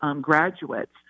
graduates